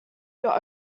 your